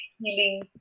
healing